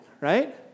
right